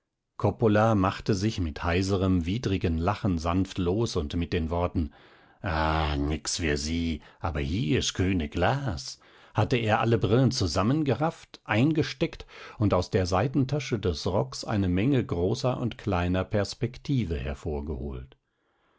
coppola machte sich mit heiserem widrigen lachen sanft los und mit den worten ah nix für sie aber hier sköne glas hatte er alle brillen zusammengerafft eingesteckt und aus der seitentasche des rocks eine menge großer und kleiner perspektive hervorgeholt